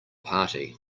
party